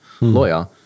lawyer